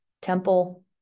Temple